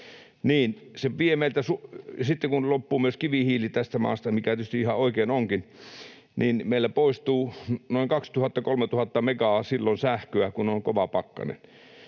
sitten, kun loppuu myös kivihiili tästä maasta, mikä tietysti ihan oikein onkin, noin 2 000—3 000 megaa sähköä silloin, kun on kova pakkanen.